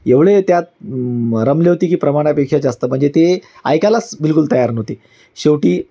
एवढे त्यात रमले होते की प्रमाणापेक्षा जास्त म्हणजे ते ऐकायलाच बिलकुल तयार नव्हते शेवटी